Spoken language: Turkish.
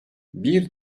bir